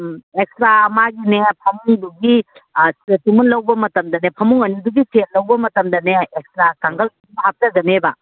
ꯎꯝ extra ꯃꯥꯒꯤꯅꯦ ꯐꯃꯨꯡꯗꯨꯒꯤ ꯁꯦꯠꯇꯨꯃ ꯂꯧꯕ ꯃꯇꯝꯗꯅꯦ ꯐꯃꯨꯡ ꯑꯅꯤꯗꯨꯒꯤ ꯁꯦꯠ ꯂꯧꯕ ꯃꯇꯝꯗꯅꯦ ꯑꯦꯛꯁꯇ꯭ꯔꯥ ꯀꯥꯡꯒꯜ ꯑꯃ ꯍꯥꯞꯆꯒꯅꯦꯕ